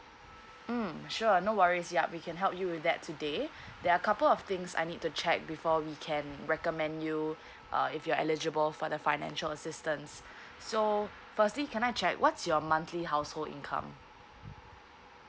mm sure no worries yup we can help you with that today there are couple of things I need to check before we can recommend you uh if you are eligible for the financial assistance so firstly can I check what's your monthly household income